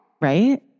Right